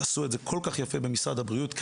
ועשו את זה כל כך יפה במשרד הבריאות כי